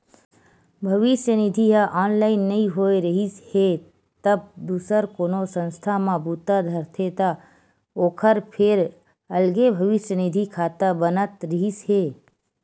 भविस्य निधि ह ऑनलाइन नइ होए रिहिस हे तब दूसर कोनो संस्था म बूता धरथे त ओखर फेर अलगे भविस्य निधि खाता बनत रिहिस हे